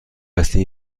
اصلی